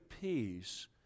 peace